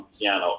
piano